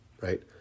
right